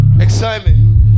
Excitement